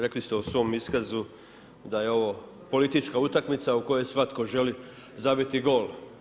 Rekli ste u svom iskazu da je ovo politička utakmica u kojoj svatko želi zabiti gol.